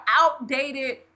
outdated